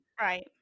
Right